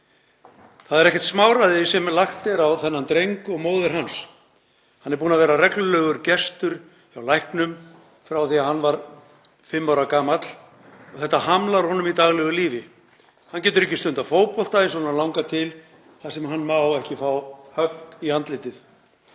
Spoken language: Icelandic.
Það er ekkert smáræði sem lagt er á þennan dreng og móður hans. Hann er búinn að vera reglulegur gestur hjá læknum frá því að hann var fimm ára gamall og þetta hamlar honum í daglegu lífi. Hann getur ekki stundað fótbolta eins og hann langar til þar sem hann má ekki fá högg í andlitið.